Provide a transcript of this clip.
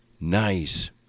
nice